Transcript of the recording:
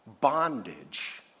bondage